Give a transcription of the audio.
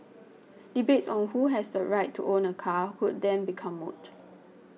debates on who has the right to own a car could then become moot